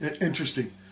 Interesting